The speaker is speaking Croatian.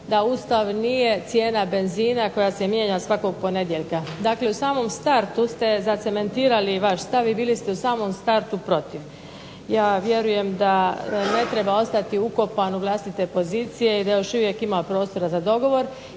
da Ustav nije cijena benzina koja se mijenja svakog ponedjeljka. Dakle, u samom startu ste zacementirali vaš stav i bili ste u samom startu protiv. Ja vjerujem da ne treba ostati ukopan u vlastite pozicije i da još uvijek ima prostora za dogovor